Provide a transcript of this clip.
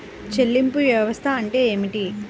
చెల్లింపు వ్యవస్థ అంటే ఏమిటి?